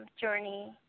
journey